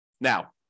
Now